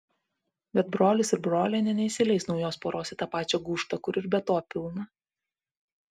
bet brolis ir brolienė neįsileis naujos poros į tą pačią gūžtą kur ir be to pilna